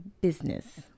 business